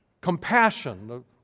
compassion